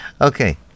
Okay